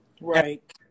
Right